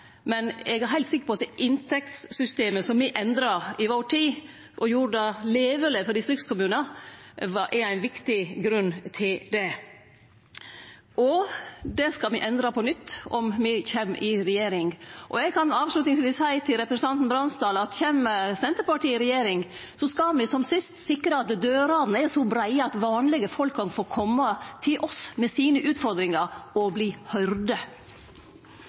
men eg er heilt sikker på at det inntektssystemet som me endra i vår tid, og som gjorde det leveleg for distriktskommunar, er ein viktig grunn til det. Det skal me endre på nytt, om me kjem i regjering. Eg kan avslutningsvis seie til representanten Bransdal at kjem Senterpartiet i regjering, skal me, som sist, sikre at dørene er så breie at vanlege folk kan få kome til oss med utfordringane sine og verte høyrde.